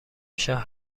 شهر